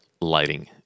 lighting